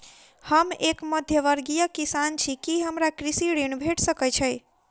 हम एक मध्यमवर्गीय किसान छी, की हमरा कृषि ऋण भेट सकय छई?